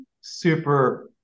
super